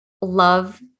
love